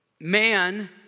Man